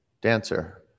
dancer